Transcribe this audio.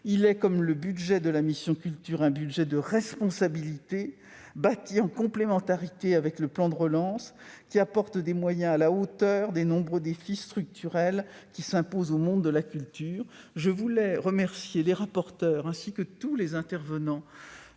Il est, comme le budget de la mission « Culture », un budget de responsabilité bâti en complémentarité avec le plan de relance, qui apporte des moyens à la hauteur des nombreux défis structurels qui s'imposent au monde de la culture. Je veux remercier les rapporteurs, ainsi que tous les intervenants,